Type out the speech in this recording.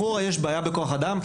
בחורה יש בעיה בכוח אדם?